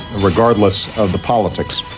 regardless of the politics.